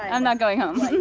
i'm not going home.